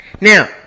Now